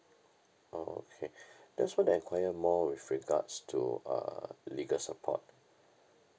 oh okay just want to enquire more with regards to uh legal support